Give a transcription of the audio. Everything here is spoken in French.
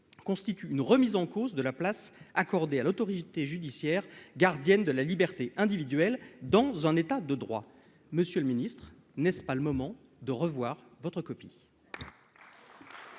constitue une « remise en cause de la place accordée à l'autorité judiciaire gardienne de la liberté individuelle dans un État de droit ». Monsieur le ministre, n'est-ce pas le moment de revoir votre copie ?